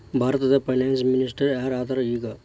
ಭಾರತದ finance minister ಯಾರ್ ಅದರ ಈಗ?